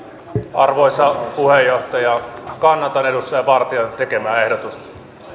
arvoisa puheenjohtaja kannatan edustaja vartian tekemää ehdotusta